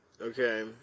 okay